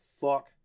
fuck